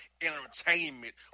entertainment